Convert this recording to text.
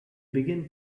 begin